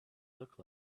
look